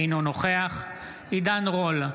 אינו נוכח עידן רול,